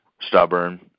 stubborn